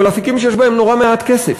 אבל באפיקים שיש בהם נורא מעט כסף.